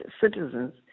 citizens